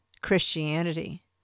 Christianity